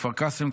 כפר קאסם,